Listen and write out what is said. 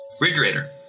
refrigerator